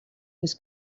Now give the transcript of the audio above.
his